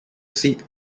seat